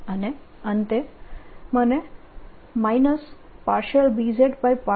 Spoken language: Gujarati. અને મને અંતે Bz∂x00Ey∂t સમીકરણ મળશે